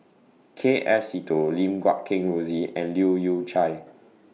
K F Seetoh Lim Guat Kheng Rosie and Leu Yew Chye